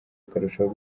bakarushaho